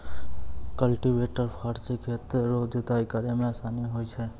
cultivator फार से खेत रो जुताइ करै मे आसान हुवै छै